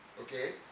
okay